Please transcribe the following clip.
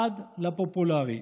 עד לפופולרי,